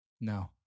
No